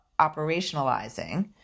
operationalizing